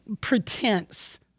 pretense